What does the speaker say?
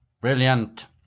brilliant